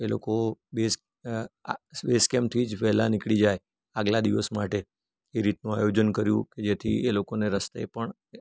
તે લોકો base base કેમ્પથી જ વહેલાં નીકળી જાય આગલા દિવસ માટે એ રીતનું આયોજન કર્યું કે જેથી એ લોકોને રસ્તે પણ